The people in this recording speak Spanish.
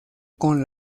con